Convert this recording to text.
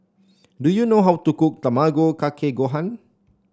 do you know how to cook Tamago Kake Gohan